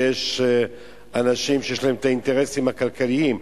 ויש אנשים שיש להם אינטרסים כלכליים.